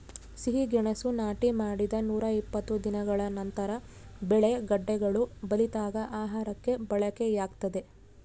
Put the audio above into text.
ಸಿಹಿಗೆಣಸು ನಾಟಿ ಮಾಡಿದ ನೂರಾಇಪ್ಪತ್ತು ದಿನಗಳ ನಂತರ ಬೆಳೆ ಗೆಡ್ಡೆಗಳು ಬಲಿತಾಗ ಆಹಾರಕ್ಕೆ ಬಳಕೆಯಾಗ್ತದೆ